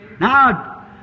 Now